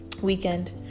weekend